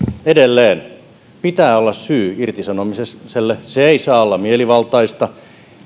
edelleen pitää olla syy irtisanomiselle se ei saa olla mielivaltaista